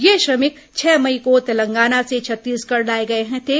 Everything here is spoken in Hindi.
ये श्रमिक छह मई को तेलंगाना से छत्तीसगढ़ लाए गए थे